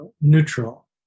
neutral